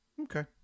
Okay